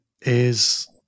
is-